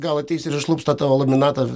gal ateis ir išlups tą tavo laminatą